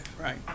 Right